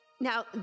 now